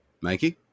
mikey